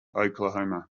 oklahoma